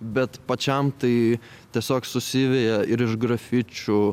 bet pačiam tai tiesiog susiveja ir iš grafičių